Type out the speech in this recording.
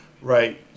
right